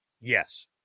Yes